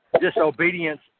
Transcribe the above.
disobedience